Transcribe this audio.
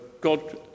God